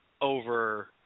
over